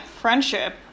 friendship